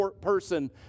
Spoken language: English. person